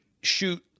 shoot